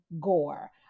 Gore